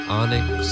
onyx